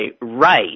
right